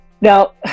Now